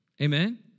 Amen